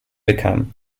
wickham